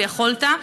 ויכולת.